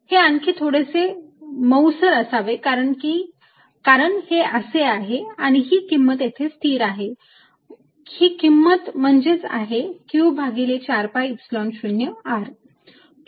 हे आणखी थोडेसे मऊसर असावे कारण हे असे आहे आणि ही किंमत येथे स्थिर आहे ही किंमत म्हणजेच आहे Q भागिले 4 pi Epsilon 0 R